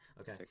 Okay